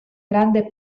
grande